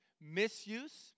misuse